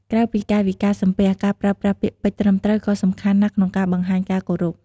ក្រៅពីកាយវិការសំពះ ការប្រើប្រាស់ពាក្យពេចន៍ត្រឹមត្រូវក៏សំខាន់ណាស់ក្នុងការបង្ហាញការគោរព។